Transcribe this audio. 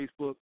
Facebook